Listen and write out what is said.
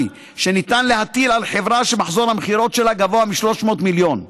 שניתן להטיל על חברה שמחזור המכירות שלה גבוה מ-300 מיליון ש"ח.